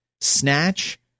snatch